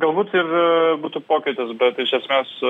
galbūt ir būtų pokytis bet iš esmės